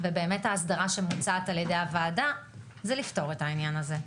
ובאמת ההסדרה שמוצעת על ידי הוועדה זה לפתור את העניין הזה.